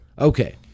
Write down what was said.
Okay